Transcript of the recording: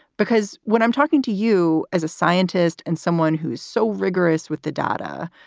because when i'm talking to you as a scientist and someone who's so rigorous with the data,